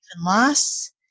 loss